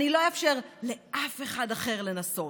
אני לא אאפשר לאף אחד אחר לנסות,